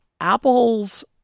Apple's